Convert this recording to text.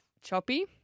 choppy